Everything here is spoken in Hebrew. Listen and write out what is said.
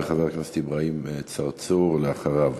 וחבר הכנסת אברהים צרצור אחריו.